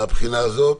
מהבחינה הזאת,